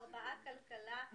ארבעה ממשרד הכלכלה.